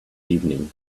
evening